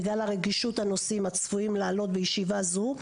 בגלל רגישות הנושאים הצפויים לעלות בישיבה זו,